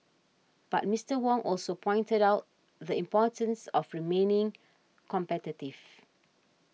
but Mister Wong also pointed out the importance of remaining competitive